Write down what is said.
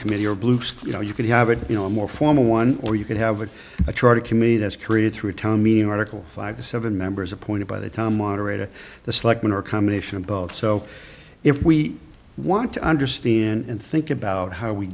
committee or bloops you know you could have a you know a more formal one or you could have a try to committee that's created through a town meeting article five to seven members appointed by the time moderator the selectmen or combination of both so if we want to understand and think about how we